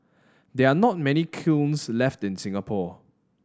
there are not many kilns left in Singapore